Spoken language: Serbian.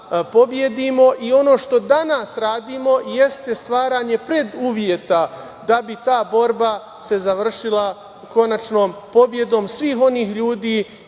pobedimo. Ono što danas radimo jeste stvaranje preduslova da bi ta borba se završila konačnom pobedom svih onih ljudi